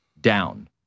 down